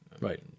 Right